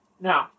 No